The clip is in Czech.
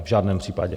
V žádném případě.